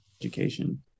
education